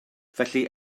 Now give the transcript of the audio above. felly